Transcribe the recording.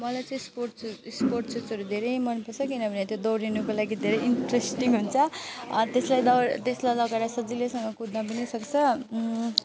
मलाई चाहिँ स्पोर्ट्स सु स्पोर्ट्स सुजहरू धेरै मनपर्छ किनभने त्यो दौडिनुको लागि धेरै इन्ट्रेस्टिङ हुन्छ त्यसलाई दौड त्यसलाई लगाएर सजिलैसँग कुद्न पनि सक्छ